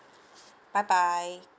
bye bye